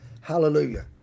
Hallelujah